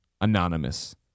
Anonymous